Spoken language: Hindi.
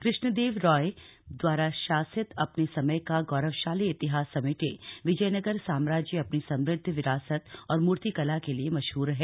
कृष्णदेव राय द्वारा शासित अपने समय का गौरवशाली इतिहास समेटे विजयनगर साम्राज्य अपनी समृद्ध विरासत और मूर्तिकला के लिए मशहूर है